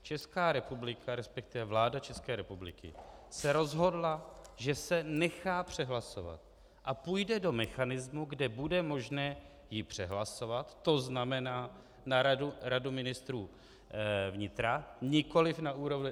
Česká republika, resp. vláda České republiky se rozhodla, že se nechá přehlasovat a půjde do mechanismu, kde bude možné ji přehlasovat, to znamená na Radu ministrů vnitra, nikoliv na úroveň předsednickou.